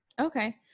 Okay